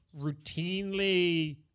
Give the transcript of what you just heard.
routinely